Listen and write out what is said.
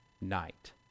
night